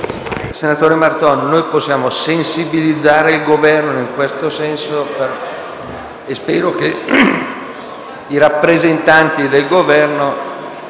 Senatore Marton, possiamo sensibilizzare il Governo in questo senso e spero che i suoi rappresentanti qui presenti